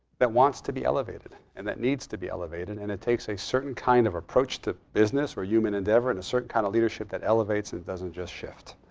that wants to be elevated, and that needs to be elevated. and it takes a certain kind of approach to business or human endeavor and a certain kind of leadership that elevates and doesn't just shift.